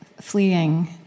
fleeing